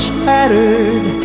shattered